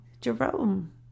Jerome